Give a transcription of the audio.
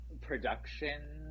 production